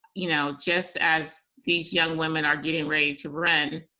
you know just as these young women are getting ready to run,